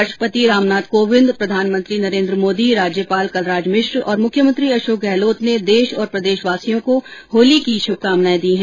राष्ट्रपति रामनाथ कोविंद प्रधानमंत्री नरेन्द्र मोदी राज्यपाल कलराज मिश्र और मुख्यमंत्री अशोक गहलोत ने देश और प्रदेशवासियों को होली की शुभकानाएं दी हैं